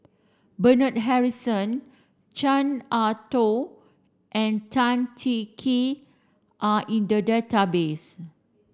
Bernard Harrison Chan Ah Kow and Tan Cheng Kee are in the database